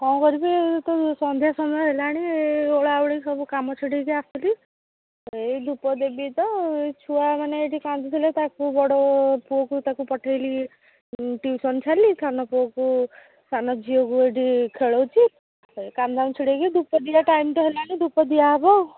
କ'ଣ କରିବି ଏଇ ତ ଏଇ ସନ୍ଧ୍ୟା ସମୟ ହେଲାଣି ଓଳାଓଳି ସବୁ କାମ ଛିଡ଼ାଇକି ଆସିଲି ଏହି ଧୂପ ଦେବି ତ ଛୁଆମାନେ ଏଇଠି କାନ୍ଦୁଥିଲେ ତା'କୁ ବଡ଼ ପୁଅକୁ ତା'କୁ ପଠାଇଲି ଟିଉସନ୍ ଛାଡ଼ିଲି ସାନ ପୁଅକୁ ସାନ ଝିଅକୁ ଏଇଠି ଖେଳଉଛି ଏ କାମ ଦାମ ଛିଡ଼ାଇକି ଧୂପ ଦିଆ ଟାଇମ୍ ତ ହେଲାଣି ଧୂପ ଦିଆହେବ ଆଉ